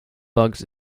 bugs